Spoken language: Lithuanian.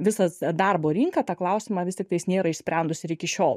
visas darbo rinka tą klausimą vis tiktais nėra išsprendus ir iki šiol